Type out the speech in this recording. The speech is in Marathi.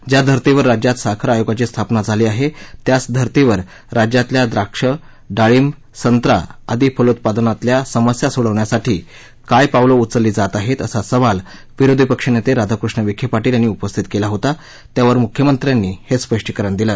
ज्या धर्तीवर राज्यात साखर आयोगाची स्थापना झाली आहे त्याच धर्तीवर राज्यातल्या द्राक्षं डाळींब संत्रा आदी फलोउत्पादनातल्या समस्या सोडवण्यासाठी काय पावलं उचलली जात आहेत असा सवाल विरोधी पक्ष नेते राधाकृष्ण विखे पाटील यांनी उपस्थित केला होता त्यावर मुख्यमंत्र्यांनी हे स्पष्टीकरण दिलं